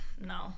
No